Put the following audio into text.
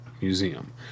Museum